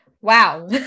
Wow